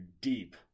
deep